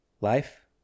life